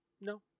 No